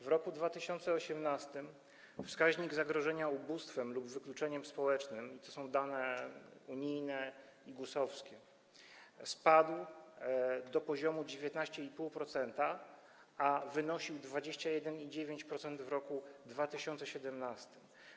W roku 2018 wskaźnik zagrożenia ubóstwem lub wykluczeniem społecznym - to są dane unijne i GUS-owskie - spadł do poziomu 19,5%, a wynosił 21,9% w roku 2017.